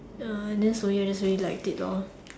uh then slowly I just really liked it lor